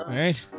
right